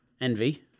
envy